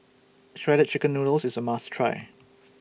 Shredded Chicken Noodles IS A must Try